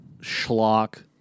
schlock